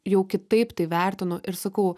jau kitaip tai vertinu ir sakau